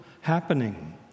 happening